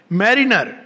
mariner